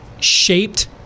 shaped